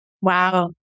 wow